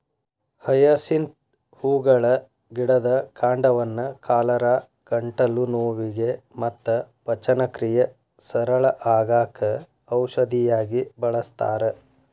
hyacinth ಹೂಗಳ ಗಿಡದ ಕಾಂಡವನ್ನ ಕಾಲರಾ, ಗಂಟಲು ನೋವಿಗೆ ಮತ್ತ ಪಚನಕ್ರಿಯೆ ಸರಳ ಆಗಾಕ ಔಷಧಿಯಾಗಿ ಬಳಸ್ತಾರ